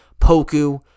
Poku